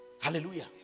Hallelujah